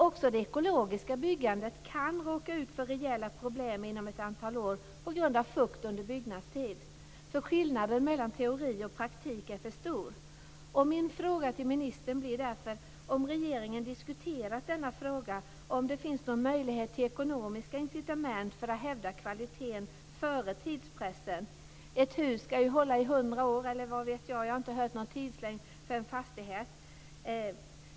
Också det ekologiska byggandet kan råka ut för rejäla problem inom ett antal år på grund av fukt under byggnadstiden. Skillnaden mellan teori och praktik är för stor. Min fråga till ministern blir därför: Har regeringen diskuterat denna fråga och finns det någon möjlighet till ekonomiska incitament för att hävda kvaliteten före tidspressen? Ett hus skall ju hålla i hundra år, eller vad vet jag. Jag har inte hört någon tidslängd för en fastighet.